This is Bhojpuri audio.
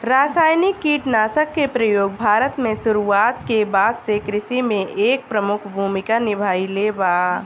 रासायनिक कीटनाशक के प्रयोग भारत में शुरुआत के बाद से कृषि में एक प्रमुख भूमिका निभाइले बा